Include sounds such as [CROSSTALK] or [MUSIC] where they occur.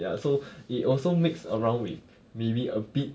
ya so [BREATH] it also mix around with maybe a bit